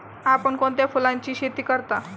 आपण कोणत्या फुलांची शेती करता?